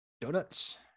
donuts